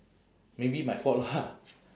maybe my fault lah